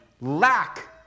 lack